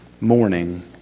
morning